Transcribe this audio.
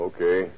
Okay